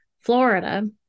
Florida